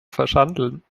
verschandeln